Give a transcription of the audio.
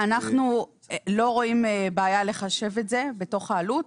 אנחנו לא רואים בעיה לחשב את זה בתוך העלות.